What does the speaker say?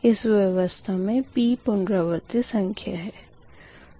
इस व्यवस्था मे p पुनरावर्ती संख्या है